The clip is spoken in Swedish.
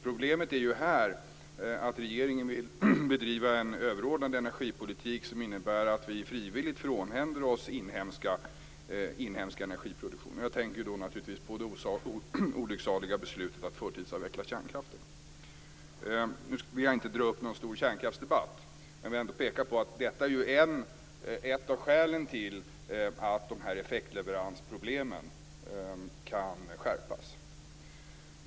Problemet är att regeringen vill bedriva en överordnad energipolitik som innebär att vi frivilligt frånhänder oss inhemsk energiproduktion. Jag tänker då naturligtvis på det olycksaliga beslutet att förtidsavveckla kärnkraften. Nu vill jag inte ta upp någon stor kärnkraftsdebatt, men jag vill peka på att detta är ett av skälen till att dessa effektleveransproblem kan förstärkas.